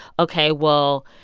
ok, well,